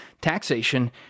taxation